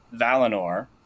Valinor